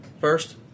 first